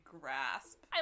grasp